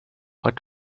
what